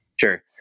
Sure